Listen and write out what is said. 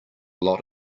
lot